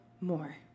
more